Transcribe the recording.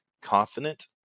confident